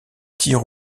tirs